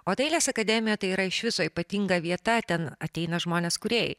o dailės akademija tai yra iš viso ypatinga vieta ten ateina žmonės kūrėjai